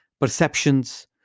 perceptions